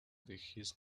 his